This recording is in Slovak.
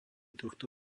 tohto